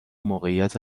موقعیت